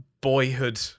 boyhood